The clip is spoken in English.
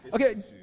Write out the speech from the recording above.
Okay